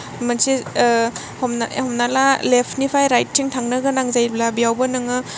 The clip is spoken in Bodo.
मोनसे हमना हमनानै ला लेप्थ निफ्राय रायत थिं थांनो गोनां जायोब्ला बेयावबो नोङो